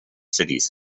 cities